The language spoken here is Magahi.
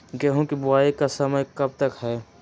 गेंहू की बुवाई का समय कब तक है?